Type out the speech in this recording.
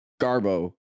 Garbo